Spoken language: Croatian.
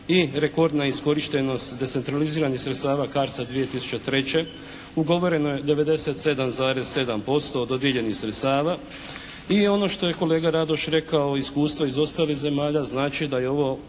i rekordna iskorištenost decentraliziranih sredstava CARDS-a 2003. Ugovoreno je 97,7% od dodijeljenih sredstava. I ono što je kolega Radoš rekao, iskustva iz ostalih zemalja znači da ovo